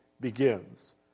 begins